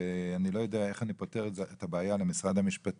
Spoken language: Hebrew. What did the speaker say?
אני לא יודע איך אני פותר את הבעיה עם משרד המשפטים,